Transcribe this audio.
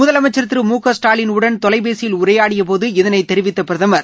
முதலமைச்சர் திரு முகஸ்டாலின் உடன் தொலைபேசியில் உரையாடியபோது இதை தெரிவித்த பிரதமர்